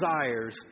desires